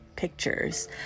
Pictures